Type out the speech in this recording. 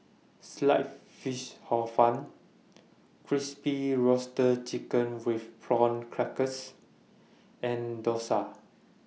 Sliced Fish Hor Fun Crispy Roasted Chicken with Prawn Crackers and Dosa